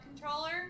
controller